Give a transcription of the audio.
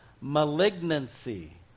malignancy